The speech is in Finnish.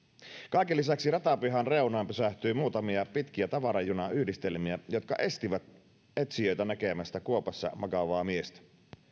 kaiken lisäksi ratapihan reunaan pysähtyi muutamia pitkiä tavarajunayhdistelmiä jotka estivät etsijöitä näkemästä kuopassa makaavaa miestä